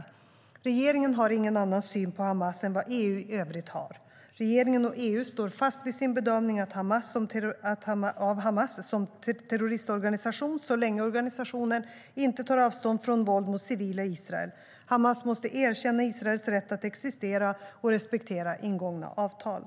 Regeringen har ingen annan syn på Hamas än vad EU i övrigt har. Regeringen och EU står fast vid sin bedömning av Hamas som terroristorganisation så länge organisationen inte tar avstånd från våld mot civila i Israel. Hamas måste erkänna Israels rätt att existera och respektera ingångna avtal.